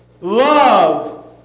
Love